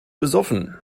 besoffen